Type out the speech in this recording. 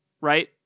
right